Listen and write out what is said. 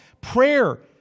Prayer